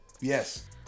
yes